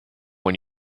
when